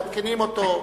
מעדכנים אותו,